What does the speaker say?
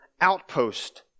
outpost